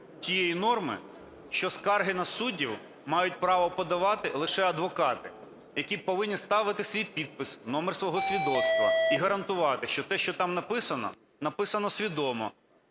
тієї норми, що скарги на суддів мають право подавати лише адвокати, які повинні ставити свій підпис, номер свого свідоцтва і гарантувати, що те, що там написано, написано свідомо,